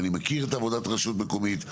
ואני מכיר את עבודת הרשות מקומית,